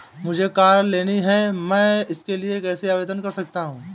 मुझे कार लेनी है मैं इसके लिए कैसे आवेदन कर सकता हूँ?